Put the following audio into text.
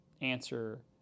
answer